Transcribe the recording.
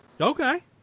Okay